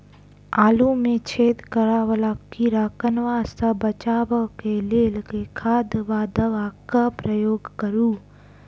आलु मे छेद करा वला कीड़ा कन्वा सँ बचाब केँ लेल केँ खाद वा दवा केँ प्रयोग करू?